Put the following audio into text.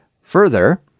further